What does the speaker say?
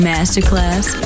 Masterclass